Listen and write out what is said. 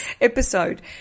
episode